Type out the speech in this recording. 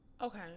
okay